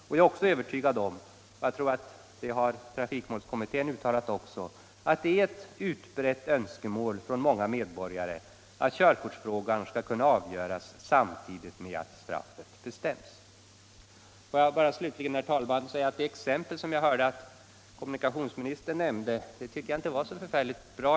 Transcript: Jag är också övertygad om -— och jag tror att även trafikmålskommittén har uttalat det — att det är ett utbrett önskemål från många medborgare att körkortsfrågan skall kunna avgöras samtidigt med att straffet bestäms. Får jag slutligen bara säga, herr talman, att jag inte tycker att det exempel som kommunikationsministern nämnde var så särskilt bra.